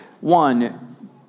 One